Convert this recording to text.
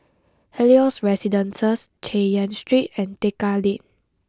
Helios Residences Chay Yan Street and Tekka Lane